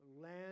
land